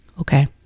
Okay